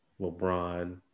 LeBron